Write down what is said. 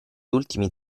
ultimi